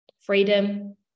freedom